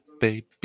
baby